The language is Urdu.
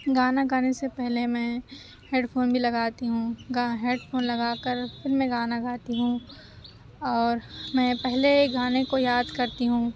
گانا گانے سے پہلے میں ہیڈ فون بھی لگاتی ہوں گا ہیڈ فون لگا کر پھر میں گانا گاتی ہوں اور میں پہلے گانے کو یاد کرتی ہوں